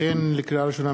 לקריאה ראשונה,